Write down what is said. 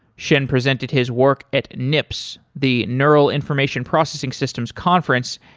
xin presented his work at nips, the neural information processing systems conference,